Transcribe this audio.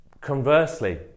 Conversely